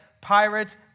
pirates